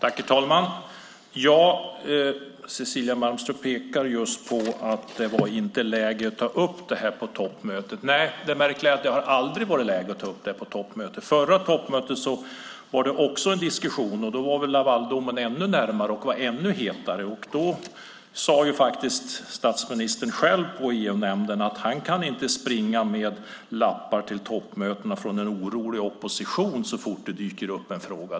Herr talman! Cecilia Malmström pekade just på att det inte var läge att ta upp detta på toppmötet. Det märkliga är att det aldrig har varit läge att ta upp detta på ett toppmöte. På det förra toppmötet var det också en diskussion, och då var Lavaldomen ännu hetare. Då sade faktiskt statsministern själv i EU-nämnden att han inte kan springa med lappar till toppmötena från en orolig opposition så fort det dyker upp en fråga.